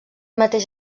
mateix